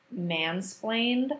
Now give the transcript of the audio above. mansplained